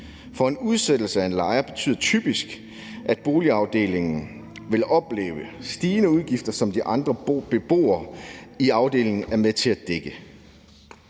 For en udsættelse af en lejer betyder typisk, at boligafdelingen vil opleve stigende udgifter, som de andre beboere i afdelingen er med til at dække.